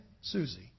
Susie